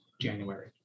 January